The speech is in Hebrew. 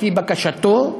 לפי בקשתו,